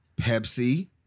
Pepsi